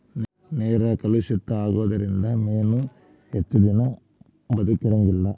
ನೇರ ಕಲುಷಿತ ಆಗುದರಿಂದ ಮೇನು ಹೆಚ್ಚದಿನಾ ಬದಕಂಗಿಲ್ಲಾ